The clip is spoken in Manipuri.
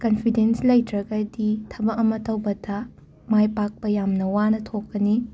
ꯀꯟꯐꯤꯗꯦꯟꯁ ꯂꯩꯇ꯭ꯔꯒꯗꯤ ꯊꯕꯛ ꯑꯃ ꯇꯧꯕꯗ ꯃꯥꯏ ꯄꯥꯛꯄ ꯌꯥꯝꯅ ꯋꯥꯅ ꯊꯣꯛꯀꯅꯤ